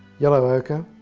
yellow ocher,